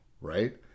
right